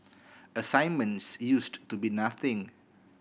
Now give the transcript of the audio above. assignments used to be nothing